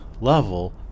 level